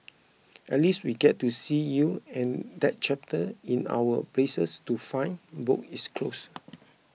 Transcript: at least we get to see you and that chapter in our places to find book is closed